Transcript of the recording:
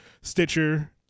Stitcher